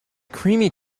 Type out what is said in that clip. creamy